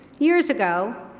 years ago,